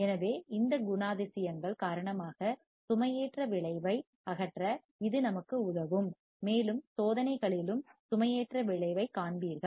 எனவே இந்த குணாதிசயங்கள் காரணமாக சுமையேற்ற விளைவை அகற்ற இது நமக்கு உதவும் மேலும் சோதனைகளிலும் சுமையேற்ற விளைவைக் காண்பீர்கள்